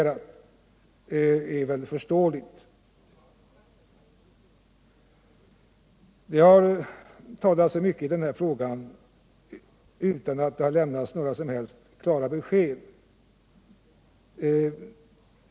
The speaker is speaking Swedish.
Det är väl förståeligt. Det har talats så mycket i den här frågan utan att det har lämnats några som helst klara besked.